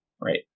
right